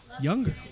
Younger